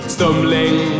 Stumbling